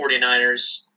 49ers